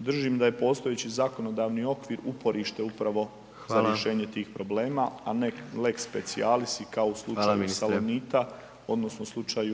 držim da je postojeći zakonodavni okvir uporište upravo za rješenje …/Upadica: Hvala./… a ne lex specialis i kao u slučaju Salonita …/Upadica: